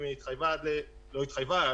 אם היא התחייבה היא לא התחייבה,